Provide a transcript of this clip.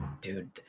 dude